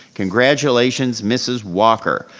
congratulations, mrs. walker.